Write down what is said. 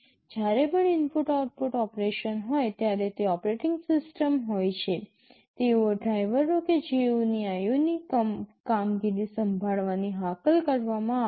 જ્યારે પણ input output operation હોય ત્યારે તે ઑપરેટિંગ સિસ્ટમ હોય છે તેમાં ડ્રાઇવરો કે જેઓને IO ની કામગીરી સંભાળવાની હાકલ કરવામાં આવશે